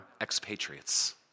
expatriates